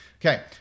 Okay